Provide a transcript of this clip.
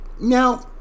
Now